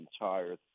entire